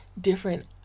different